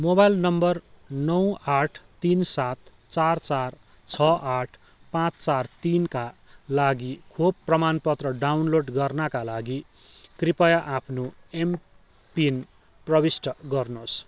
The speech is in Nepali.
मोबाइल नम्बर नौ आठ तिन सात चार चार छ आठ पाँच चार तिनका लागि खोप प्रमाणपत्र डाउनलोड गर्नाका लागि कृपया आफ्नो एमपिन प्रविष्ट गर्नुहोस्